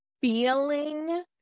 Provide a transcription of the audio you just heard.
feeling